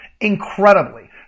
incredibly